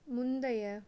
முந்தைய